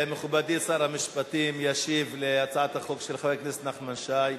מכובדי שר המשפטים ישיב על הצעת החוק של חבר הכנסת נחמן שי.